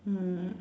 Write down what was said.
mm